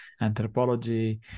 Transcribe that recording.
anthropology